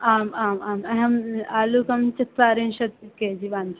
आम् आम् आम् अहं आलूकं चत्वारिंशत् के जी वाञ्चामि